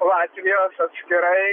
latvijos atskirai